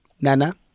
Nana